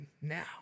now